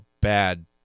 bad